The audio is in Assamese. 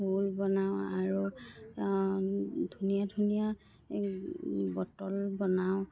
ফুল বনাওঁ আৰু ধুনীয়া ধুনীয়া বটল বনাওঁ